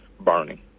burning